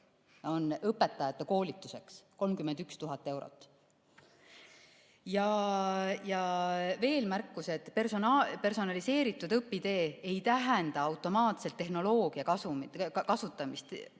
on õpetajate koolituseks. 31 000 eurot! Ja veel märkused. Personaliseeritud õpitee ei tähenda automaatselt tehnoloogia kasutamist.